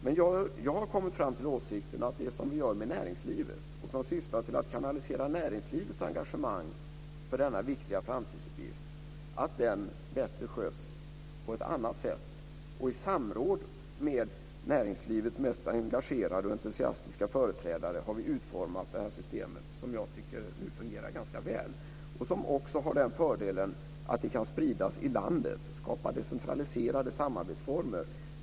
Men jag har kommit fram till åsikten att det som vi gör med näringslivet, det som syftar till att kanalisera näringslivets engagemang för denna viktiga framtidsuppgift, bättre sköts på ett annat sätt. I samråd med näringslivets mest engagerade och entusiastiska företrädare har vi utformat det här systemet, som jag nu tycker fungerar ganska väl. Det har också den fördelen att det kan spridas i landet och skapa decentraliserade samarbetsformer.